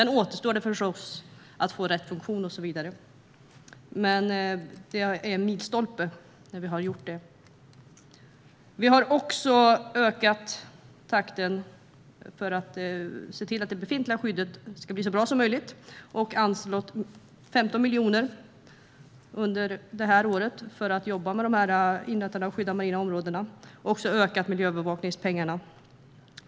Nu återstår förstås att få rätt funktion och så vidare, men det var en milstolpe att detta gjordes. Vi har också ökat takten för att det befintliga skyddet ska bli så bra som möjligt och anslagit 15 miljoner i år för att jobba med inrättandet av dessa skyddade marina områden. Vi har också ökat miljöbevakningspengarna.